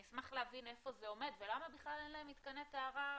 אני אשמח להבין איפה זה עומד ולמה בכלל אין להם מתקני טהרה בשגרה,